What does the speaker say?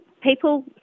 people